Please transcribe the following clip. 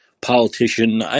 politician